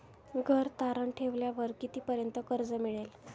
घर तारण ठेवल्यावर कितीपर्यंत कर्ज मिळेल?